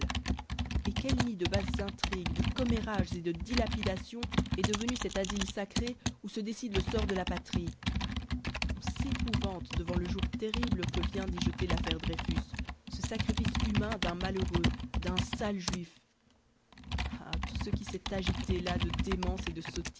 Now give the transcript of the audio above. et quel nid de basses intrigues de commérages et de dilapidations est devenu cet asile sacré où se décide le sort de la patrie on s'épouvante devant le jour terrible que vient d'y jeter l'affaire dreyfus ce sacrifice humain d'un malheureux d'un sale juif ah tout ce qui s'est agité là de démence et de